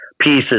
pieces